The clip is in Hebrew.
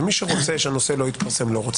ומי שלא רוצה לא רוצה,